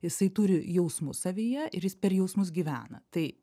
jisai turi jausmus savyje ir jis per jausmus gyvena tai